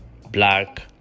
Black